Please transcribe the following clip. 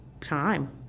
time